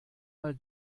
mal